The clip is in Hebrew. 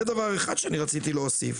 דבר נוסף,